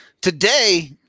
Today